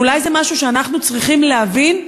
ואולי זה משהו שאנחנו צריכים להבין,